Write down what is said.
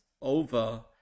over